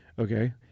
Okay